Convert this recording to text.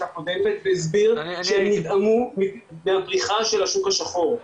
הקודמת והסביר שהם נדהמו מהפריחה של השוק השחור.